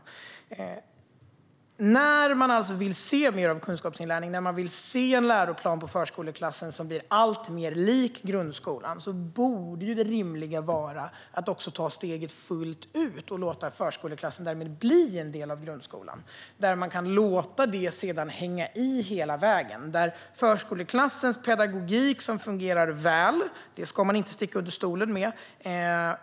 När man vill se mer av kunskapsinlärning, när man vill se en läroplan för förskoleklassen som blir alltmer lik grundskolans, borde man rimligen ta steget fullt ut och låta förskoleklassen bli en del av grundskolan som man kan låta hänga med hela vägen. Förskoleklassens pedagogik fungerar väl; det ska man inte sticka under stol med.